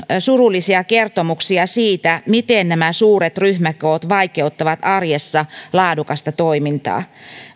surullisia kertomuksia siitä miten nämä suuret ryhmäkoot vaikeuttavat arjessa laadukasta toimintaa